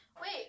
wait